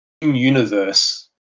universe